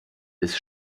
ist